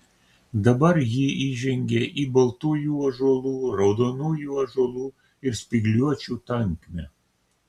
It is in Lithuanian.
dabar ji įžengė į baltųjų ąžuolų raudonųjų ąžuolų ir spygliuočių tankmę